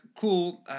cool